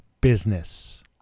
business